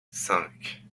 cinq